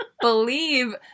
believe